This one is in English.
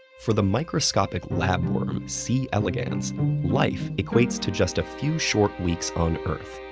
for the microscopic lab worm, c. elegans life equates to just a few short weeks on earth.